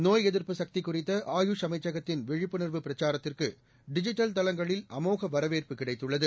நோய் எதிர்ப்பு சக்தி குறித்த ஆயுஷ் அமைச்சகத்தின் விழிப்புணர்வு பிரச்சாரத்திற்கு டிஜிட்டல் தளங்களில் அமோக வரவேற்பு கிடைத்துள்ளது